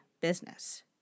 business